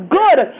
good